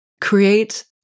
Create